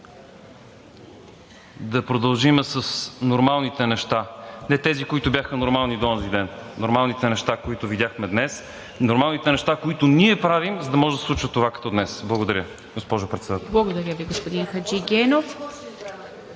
да продължим с нормалните неща. Не тези, които бяха нормални до онзи ден – нормалните неща, които видяхме днес, нормалните неща, които ние правим, за да може да се случва това като днес. Благодаря, госпожо Председател. ПРЕДСЕДАТЕЛ ИВА МИТЕВА: Благодаря Ви, господин Хаджигенов.